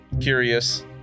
curious